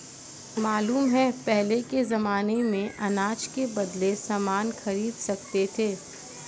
मालूम है पहले के जमाने में अनाज के बदले सामान खरीद सकते थे